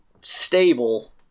stable